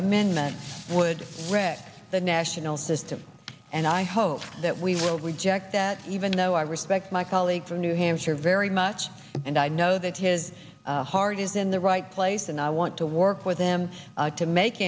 amendment would wreck the national system and i hope that we would reject that even though i respect my colleague from new hampshire very much and i know that his heart is in the right place and i want to work with them to make